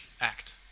Act